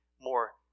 more